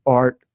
art